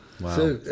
Wow